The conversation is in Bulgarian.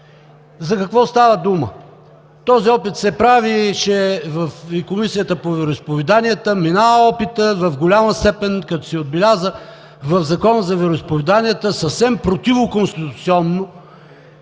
За какво става дума? Този опит се правеше и в Комисията по вероизповеданията. Опитът мина в голяма степен, като се отбеляза в Закона за вероизповеданията съвсем противоконституционно,